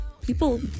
people